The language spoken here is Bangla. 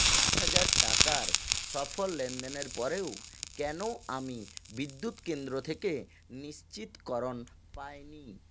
আট হাজার টাকার সফল লেনদেনের পরেও কেন আমি বিদ্যুৎ কেন্দ্র থেকে নিশ্চিতকরণ পাইনি